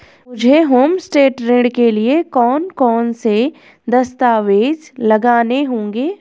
मुझे होमस्टे ऋण के लिए कौन कौनसे दस्तावेज़ लगाने होंगे?